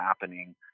happening